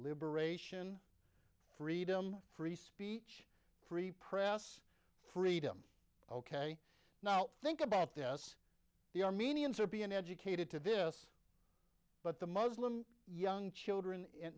liberation freedom free speech free press freedom ok now think about this the armenians are being educated to this but the muslim young children